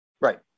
Right